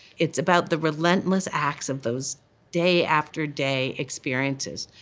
it's about the relentless acts of those day after day experiences.